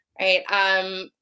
right